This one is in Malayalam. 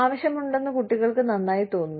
ആവശ്യമുണ്ടെന്ന് കുട്ടികൾക്ക് നന്നായി തോന്നുന്നു